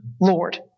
Lord